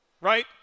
right